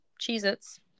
Cheez-Its